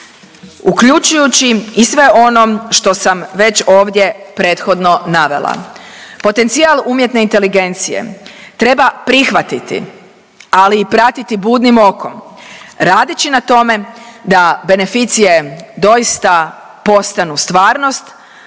uključujući i sve ono što sam već ovdje prethodno navela. Potencijal umjetne inteligencije treba prihvatiti, ali i pratiti budnim okom, radeći na tome da beneficije doista postanu stvarnost,